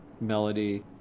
melody